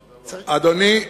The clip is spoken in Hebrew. אדוני,